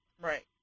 Right